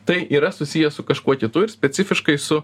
tai yra susiję su kažkuo kitu ir specifiškai su